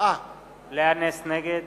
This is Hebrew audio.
נגד